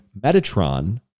Metatron